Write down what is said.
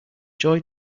joy